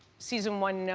season one, no,